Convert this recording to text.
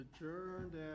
adjourned